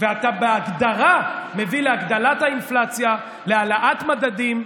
ואתה בהגדרה מביא להגדלת האינפלציה, להעלאת מדדים.